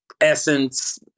essence